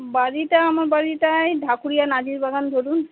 বাড়িটা আমার বাড়িটা এই ঢাকুরিয়া নাজিরবাগান ধরুন